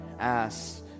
ask